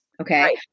Okay